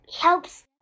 helps